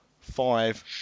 five